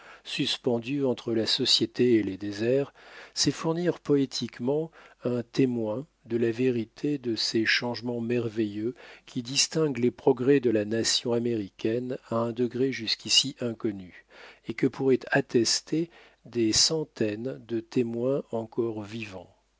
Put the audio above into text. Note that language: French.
suspendus entre la société et les déserts c'est fournir poétiquement un témoin de la vérité de ces changements merveilleux qui distinguent les progrès de la nation américaine à un degré jusqu'ici inconnu et que pourraient attester des centaines de témoins encore vivants